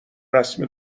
رسم